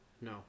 No